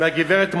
מהגברת מועלם,